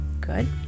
good